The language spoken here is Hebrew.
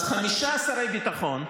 אז חמישה שרי ביטחון,